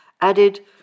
added